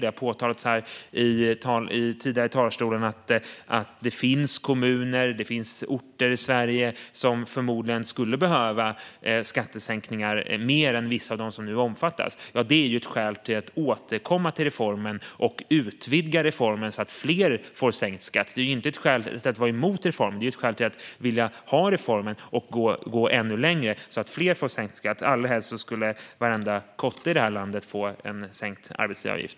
Det har påtalats tidigare här i talarstolen att det finns kommuner och orter i Sverige som förmodligen skulle behöva skattesänkningar mer än vissa av dem som nu omfattas. Det är ett skäl till att återkomma till reformen och utvidga den så att fler får sänkt skatt. Det är inte ett skäl till att vara emot reformen, utan det är ett skäl till att vilja ha reformen och gå ännu längre så att fler får sänkt skatt. Allra helst skulle varenda kotte i det här landet få sänkt arbetsgivaravgift.